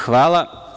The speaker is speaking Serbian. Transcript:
Hvala.